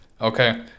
Okay